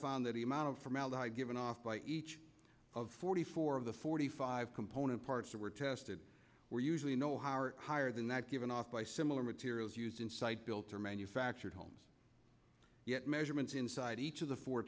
found that amount of formaldehyde given off by each of forty four of the forty five component parts that were tested were usually in ohio or higher than that given off by similar materials used in site built or manufactured homes yet measurements inside each of the four